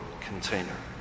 container